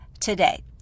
today